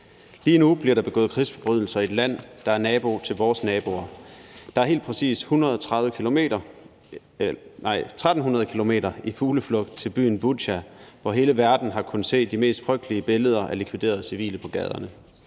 Lige nu bliver der begået krigsforbrydelser i et land, der er nabo til vores naboer. Der er helt præcis 1.300 km i fugleflugt til byen Butja, hvor hele verden har kunnet se de mest frygtelige billeder af likviderede civile på gaderne.